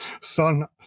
Son